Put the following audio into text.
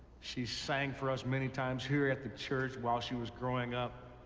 she sang for us many times here at the church while she was growing up.